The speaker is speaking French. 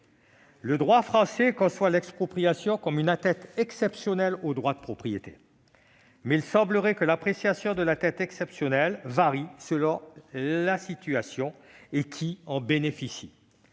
Le droit français conçoit l'expropriation comme une atteinte exceptionnelle au droit de propriété, mais il semblerait que l'appréciation de l'atteinte exceptionnelle varie selon les situations et les bénéficiaires